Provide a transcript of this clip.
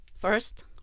First